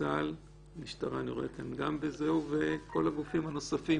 והמשטרה ואת כל הגופים הנוספים.